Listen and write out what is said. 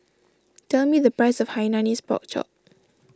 tell me the price of Hainanese Pork Chop